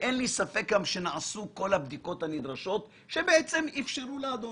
אין לי גם ספק שנעשו כל הבדיקות הנדרשות שאפשרו לאדוני,